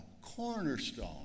cornerstone